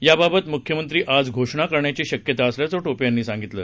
याबाबत म्ख्यमंत्री आज घोषणा करण्याची शक्यता असल्याचं टोपे यांनी सांगितलं